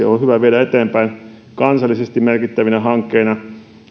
on hyvä viedä eteenpäin kansallisesti merkittävinä hankkeina